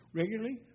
regularly